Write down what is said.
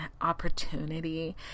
opportunity